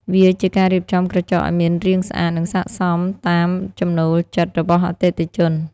វាជាការរៀបចំក្រចកឱ្យមានរាងស្អាត និងស័ក្តិសមតាមចំណូលចិត្តរបស់អតិថិជន។